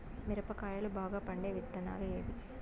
మిరప కాయలు బాగా పండే విత్తనాలు ఏవి